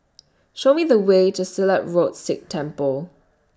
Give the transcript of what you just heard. Show Me The Way to Silat Road Sikh Temple